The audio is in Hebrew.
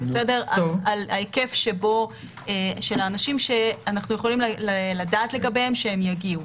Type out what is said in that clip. ההיקף של האנשים שאנחנו יכולים לדעת עליהם שיגיעו.